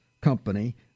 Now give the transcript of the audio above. company